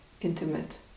intimate